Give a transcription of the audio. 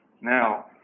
Now